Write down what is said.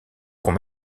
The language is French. qu’on